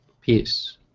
peace